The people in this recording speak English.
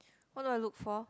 what do I look for